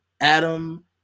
Adam